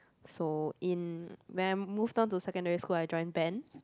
so in when I moved on to secondary school I joined band